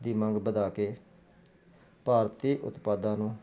ਦੀ ਮੰਗ ਵਧਾ ਕੇ ਭਾਰਤੀ ਉਤਪਾਦਾਂ ਨੂੰ